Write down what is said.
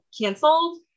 canceled